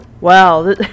Wow